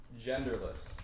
genderless